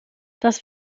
das